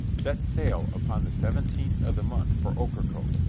set sail upon the seventeenth of the month for ocracoke.